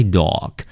dog